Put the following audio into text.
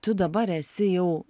tu dabar esi jau